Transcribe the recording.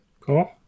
cool